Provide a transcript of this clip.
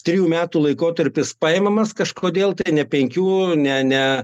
trijų metų laikotarpis paimamas kažkodėl ne penkių ne ne